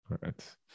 Right